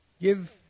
give